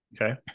Okay